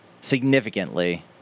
significantly